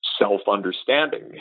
self-understanding